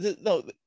no